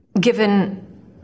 given